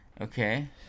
okay